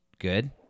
good